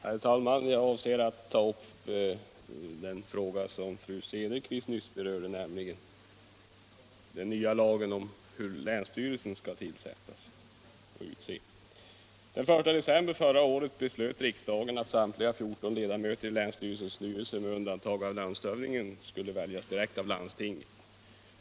Herr talman! Jag avser att ta upp den fråga som fru Cederqvist nyss berörde och som gäller den nya lagen om hur länsstyrelsernas styrelser skall utses. Den 1 december förra året beslöt riksdagen att samtliga 14 ledamöter i länsstyrelses styrelse med undantag av landshövdingen skall väljas direkt av landstinget.